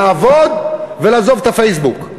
לעבוד ולעזוב את הפייסבוק.